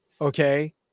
Okay